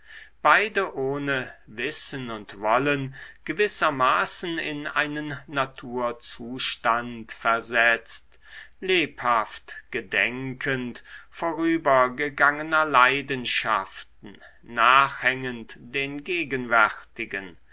beide ohne wissen und wollen gewissermaßen in einen naturzustand versetzt lebhaft gedenkend vorübergegangener leidenschaften nachhängend den gegenwärtigen